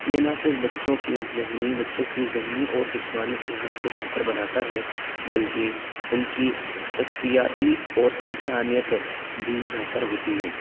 یہ نہ صرف بچوں کے ذہنی بچوں کی ذہنی اور جسمانی صحت کو بہتر بناتا ہے بلکہ ان کی نفسیاتی اور انسانیت بھی بہتر ہوتی ہے